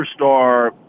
superstar